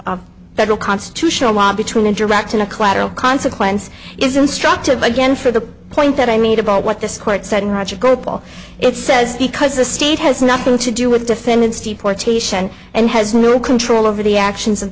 federal constitutional law between interact in a collateral consequence is instructive again for the point that i made about what this court said roger gopal it says because the state has nothing to do with defendant's deportation and has no control over the actions of